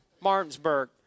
Martinsburg